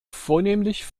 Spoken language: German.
vornehmlich